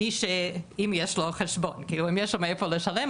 אם יש לו חשבון, אם יש לו מאיפה לשלם.